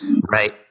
Right